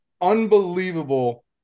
unbelievable